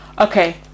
okay